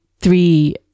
three